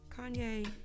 Kanye